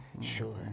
Sure